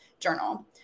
Journal